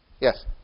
Yes